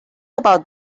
about